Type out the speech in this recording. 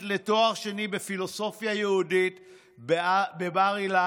לתואר שני בפילוסופיה יהודית בבר-אילן.